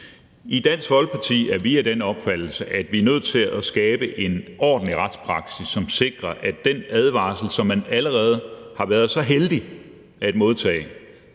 I Dansk Folkeparti er vi af den opfattelse, at vi er nødt til at skabe en ordentlig retspraksis, som sikrer, at den advarsel, som man allerede har været så heldig at modtage,